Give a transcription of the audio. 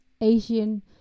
Asian